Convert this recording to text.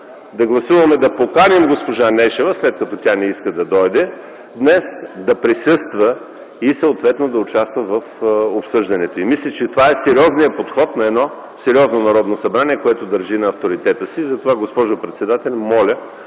да гласуваме да поканим госпожа Нешева, след като тя не иска да дойде, днес да присъства и съответно да участва в обсъжданията. Мисля, че това е сериозният подход на едно сериозно Народно събрание, което държи на авторитета си. И затова, госпожо председател, моля